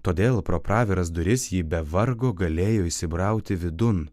todėl pro praviras duris ji be vargo galėjo įsibrauti vidun